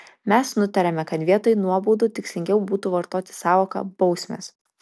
mes nutarėme kad vietoj nuobaudų tikslingiau būtų vartoti sąvoką bausmės